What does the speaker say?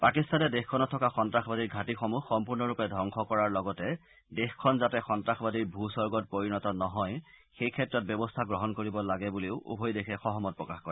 পাকিস্তানে দেশখনত থকা সন্তাসবাদীৰ ঘাটীসমূহ সম্পূৰ্ণৰূপে ধবংস কৰাৰ লগতে দেশখন যাতে সন্তাসবাদীৰ ভূস্বৰ্গত পৰিণত নহয় সেই ক্ষেত্ৰত ব্যৱস্থা গ্ৰহণ কৰিব লাগে বুলিও উভয় দেশে সহমত প্ৰকাশ কৰে